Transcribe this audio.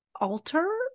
alter